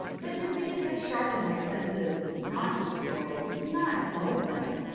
the disease had sharpened my senses not destroyed not dulled them.